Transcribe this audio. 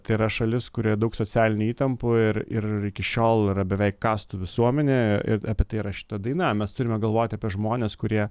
tai yra šalis kurioje daug socialinių įtampų ir ir iki šiol yra beveik kastų visuomenė ir apie tai yra šita daina mes turime galvoti apie žmones kurie